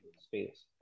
space